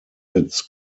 its